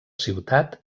ciutat